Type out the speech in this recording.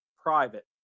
private